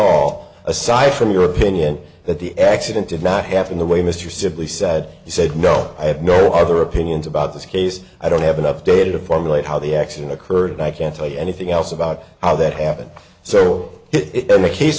all aside from your opinion that the accident did not happen the way mr simply said he said no i have no other opinions about this case i don't have enough data to formulate how the accident occurred i can't tell you anything else about how that happened so it and the case